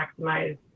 maximize